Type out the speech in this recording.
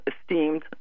esteemed